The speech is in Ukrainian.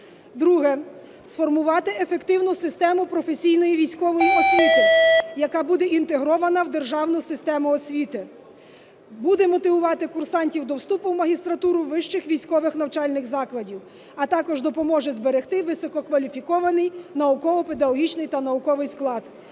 Друге. Сформувати ефективну систему професійної військової освіти, яка буде інтегрована в державну систему освіти; буде мотивувати курсантів до вступу в магістратуру вищих військових навчальних закладів, а також допоможе зберегти висококваліфікований науково-педагогічний та науковий склад.